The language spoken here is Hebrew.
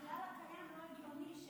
הכלל הקיים לא הגיוני,